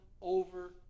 over